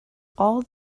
all